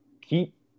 keep